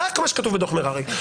רק מה שכתוב בדוח מררי,